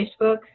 Facebook